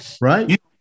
right